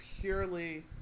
purely